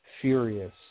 furious